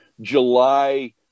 July